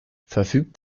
verfügt